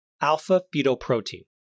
Alpha-fetoprotein